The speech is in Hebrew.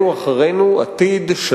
נכון, נכון.